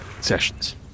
sessions